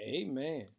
amen